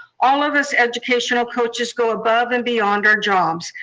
all of us educational coaches go above and beyond our jobs.